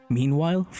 Meanwhile